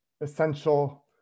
essential